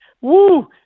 Woo